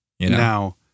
Now